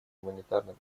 гуманитарным